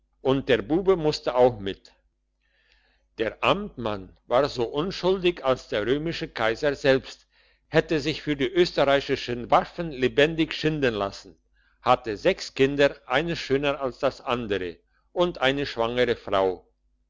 und der bube musste auch mit der amtmann war so unschuldig als der römische kaiser selbst hätte sich für die österreichischen waffen lebendig schinden lassen hatte sechs kinder eins schöner als das andere und eine schwangere frau